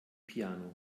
piano